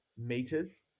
Meters